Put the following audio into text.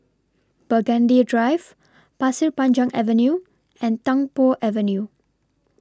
Burgundy Drive Pasir Panjang Avenue and Tung Po Avenue